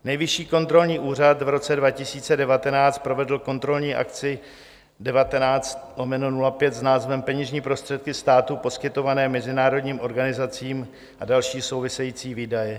Nejvyšší kontrolní úřad v roce 2019 provedl kontrolní akci 19/05 s názvem Peněžní prostředky státu poskytované mezinárodním organizacím a další související výdaje.